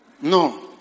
No